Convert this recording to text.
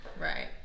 Right